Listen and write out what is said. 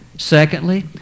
Secondly